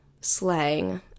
slang